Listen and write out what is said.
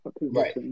Right